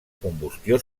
combustió